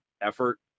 effort